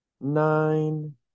nine